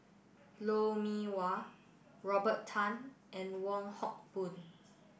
Lou Mee Wah Robert Tan and Wong Hock Boon